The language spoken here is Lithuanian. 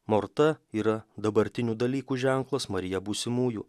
morta yra dabartinių dalykų ženklas marija būsimųjų